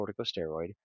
corticosteroid